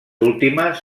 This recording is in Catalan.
últimes